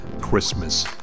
christmas